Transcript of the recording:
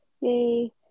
Yay